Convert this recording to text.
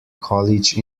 college